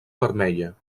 vermella